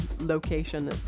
location